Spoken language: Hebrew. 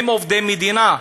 הם עובדי המדינה,